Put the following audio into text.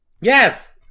Yes